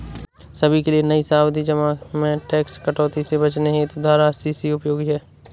सभी के लिए नई सावधि जमा में टैक्स कटौती से बचने हेतु धारा अस्सी सी उपयोगी है